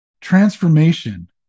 Transformation